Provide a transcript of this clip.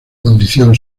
condición